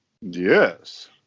Yes